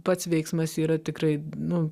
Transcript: pats veiksmas yra tikrai nu